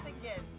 again